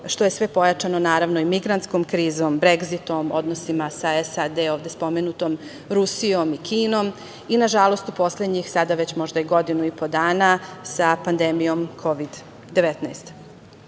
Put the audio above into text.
što je sve pojačano naravno i migrantskom krizom, Bregzitom, odnosima sa SAD, ovde spomenutom Rusijom i Kinom i nažalost u poslednjih, sada već možda i godinu i po dana, sa pandemijom Kovid